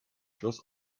schloss